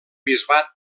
bisbat